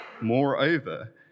Moreover